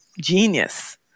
genius